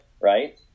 right